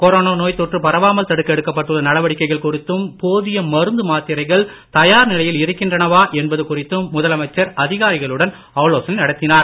corona நோய் தொற்று பரவாமல் தடுக்க எடுக்கப்பட்டுள்ள நடவடிக்கைகள் குறித்தும் போதிய மருந்து மாத்திரைகள் தயார் நிலையில் இருக்கின்றனவா என்பது குறித்தும் முதலமைச்சர் அதிகாரிகளுடன் ஆலோசனை நடத்தியுள்ளார்